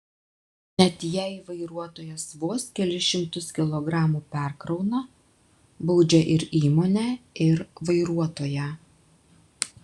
net jei vairuotojas vos kelis šimtus kilogramų perkrauna baudžia ir įmonę ir vairuotoją